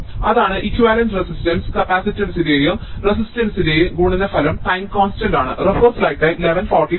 അതാണ് equivalent resistance കപ്പാസിറ്റൻസിന്റെയും റെസിസ്റ്റൻസ്ന്റെയും ഗുണനഫലം ടൈം കോൺസ്റ്റന്റ് ആണ്